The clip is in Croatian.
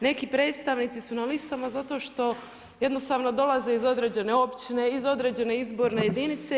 Neki predstavnici su na listama zato što jednostavno dolaze iz određene općine, iz određene izborne jedinice.